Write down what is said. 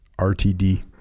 RTD